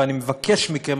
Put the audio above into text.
ואני מבקש מכם,